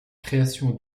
création